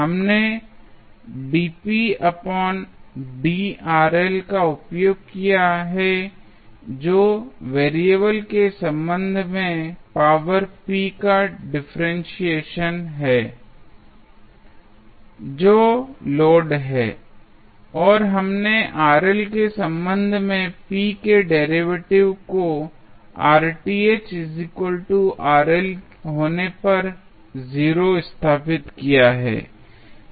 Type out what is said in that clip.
हमने का उपयोग किया है जो वेरिएबल के संबंध में पावर p का डिफ्रेंशिएशन है जो लोड है और हमने के संबंध में p के डेरिवेटिव को होने पर 0 स्थापित किया है